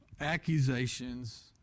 accusations